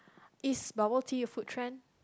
is bubble tea a food trend